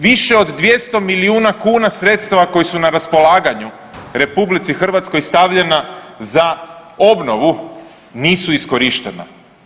Više od 200 milijuna kuna sredstava koja su na raspolaganju RH stavljena za obnovu nisu iskorištena.